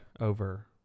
over